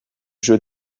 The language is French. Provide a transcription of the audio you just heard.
jeu